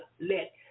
let